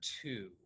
two